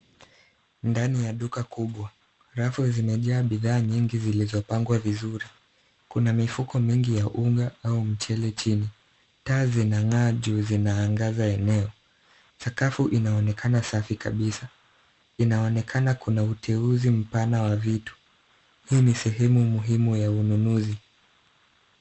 Ndani ya duka kubwa. Rafu zimejaa bidhaa nyingi zilizopangwa vizuri. Kuna mifuko mingi ya unga au mchele chini. Taa zinang'aa juu zinaangaza eneo. Sakafu inaonekana safi kabisa. Inaonekana kuna uteuzi mpana wa vitu. Hii ni sehemu muhimu ya ununuzi.